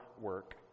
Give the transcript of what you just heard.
work